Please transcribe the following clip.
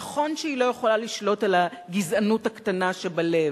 נכון שהיא לא יכולה לשלוט על הגזענות הקטנה שבלב,